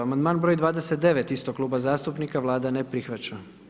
Amandman broj 29 istog kluba zastupnika, Vlada ne prihvaća.